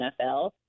NFL